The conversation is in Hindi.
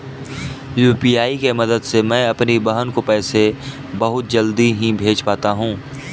यू.पी.आई के मदद से मैं अपनी बहन को पैसे बहुत जल्दी ही भेज पाता हूं